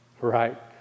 Right